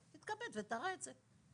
תתכבד ותראה את זה.